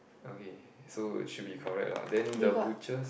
okay so should be correct lah then the butchers